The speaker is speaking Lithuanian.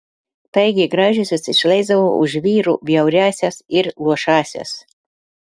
taigi gražiosios išleisdavo už vyrų bjauriąsias ir luošąsias